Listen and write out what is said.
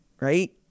right